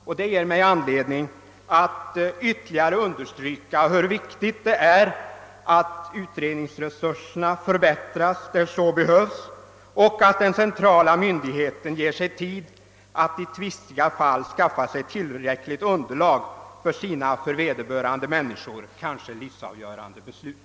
Detta ger mig anledning att ytterligare understryka vikten av att utredningsresurserna förbättras där så behövs och att den centrala myndigheten ger sig tid alt i tvistiga fall skaffa sig tillräckligt underlag för sina för vederbörande människor kanske livsavgörande beslut.